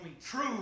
true